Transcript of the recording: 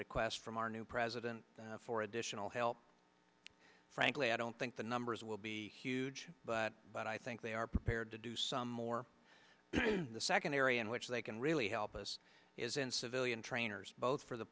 request from our new president for additional help frankly i don't think the numbers will be huge but but i think they are prepared to do some more the second area in which they can really help us is in civilian trainers both for the